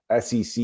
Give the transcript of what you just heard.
sec